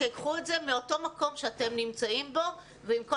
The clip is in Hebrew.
קחו את זה מאותו מקום שאתם נמצאים בו ועם כל